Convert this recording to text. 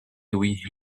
oui